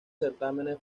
certámenes